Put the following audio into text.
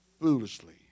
foolishly